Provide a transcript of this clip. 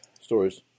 Stories